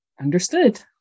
Understood